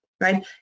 right